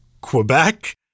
Quebec